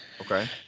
Okay